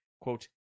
quote